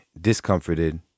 discomforted